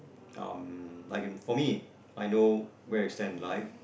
um like in for me I know where I stand in life